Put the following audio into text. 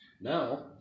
Now